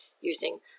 using